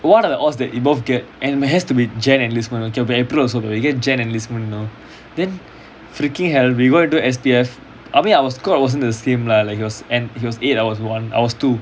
what are the odds that you both get and it has to be jan enlistment okay got april also you get jan enlistment you know then freaking hell we got into S_P_F I mean our squad wasn't the same lah like he was an~ he was eight hours I was one I was two